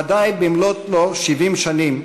ודאי לאחר 70 שנים,